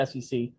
sec